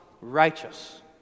righteous